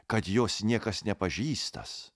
kad jos niekas nepažįstąs